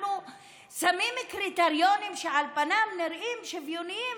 אנחנו שמים קריטריונים שעל פניו נראים שוויוניים,